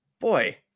boy